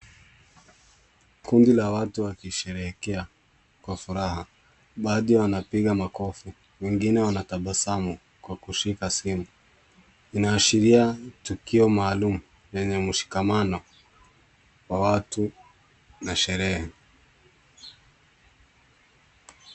Kundi la watu wakisherehekea kwa furaha. Baadhi wanapiga makofi, wengine wanatabasamu kwa kushika simu. Inaashiria tukio maalum yenye mshikamano wa watu na sherehe.